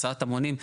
הסעת המונים,